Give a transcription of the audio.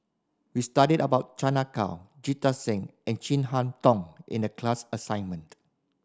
we studied about Chan Ah Kow Jita Singh and Chin Harn Tong in the class assignment